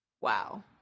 Wow